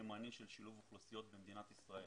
הימני של שילוב אוכלוסיות במדינת ישראל